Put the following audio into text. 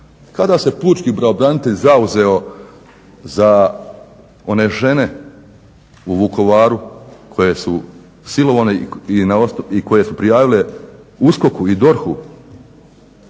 Kada se pučki pravobranitelj zauzeo za one žene u Vukovaru koje su silovane i koje su prijave USKOK-u i DORH-u